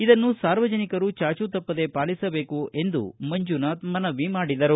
ಇದನ್ನು ಸಾರ್ವಜನಿಕರು ಚಾಚೂತಪ್ಪದೇ ಪಾಲಿಸಬೇಕು ಎಂದು ಮಂಜುನಾಥ ಮನವಿ ಮಾಡಿದರು